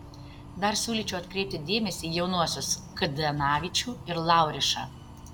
dar siūlyčiau atkreipti dėmesį į jaunuosius kdanavičių ir laurišą